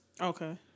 Okay